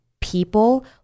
people